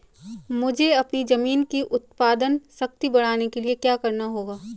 मुझे अपनी ज़मीन की उत्पादन शक्ति बढ़ाने के लिए क्या करना होगा?